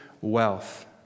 wealth